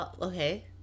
Okay